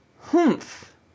Humph